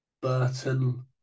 Burton